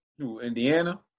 Indiana